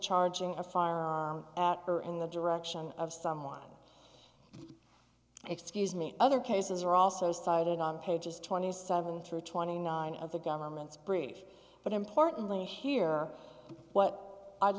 charging a fire at or in the direction of someone excuse me other cases are also cited on pages twenty seven through twenty nine of the government's brief but importantly here what i'd